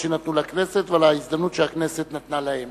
שנתנו לכנסת ועל ההזדמנות שהכנסת נתנה להם.